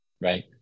Right